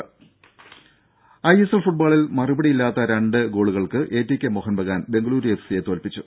രും ഐഎസ്എൽ ഫുട്ബോളിൽ മറുപടിയില്ലാത്ത രണ്ടു ഗോളുകൾക്ക് A T K Mohun Bagan Bengaluru F C യെ തോൽപിച്ചു